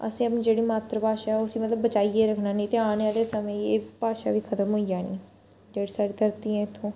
असें अपना जेह्ड़ी मात्तर भाशा ऐ उसी असें मतलब बचाइयै रक्खना नेईं तां आने आह्ले समें गी एह् भाशा बी खतम होई जानी जेह्ड़ी साढ़ी धरती ऐ इत्थौं